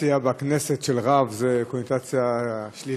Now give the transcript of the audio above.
הקונוטציה בכנסת של "רב" היא קונוטציה שלילית,